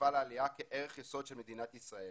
מפעל העלייה כערך יסוד של מדינת ישראל